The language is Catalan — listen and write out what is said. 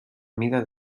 mida